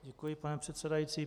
Děkuji, pane předsedající.